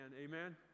Amen